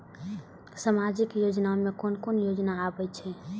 सामाजिक योजना में कोन कोन योजना आबै छै?